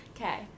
Okay